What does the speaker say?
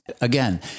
Again